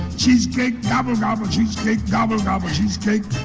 cheesecake gobble, gobble cheesecake gobble, gobble cheesecake.